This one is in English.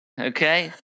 Okay